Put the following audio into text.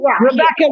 Rebecca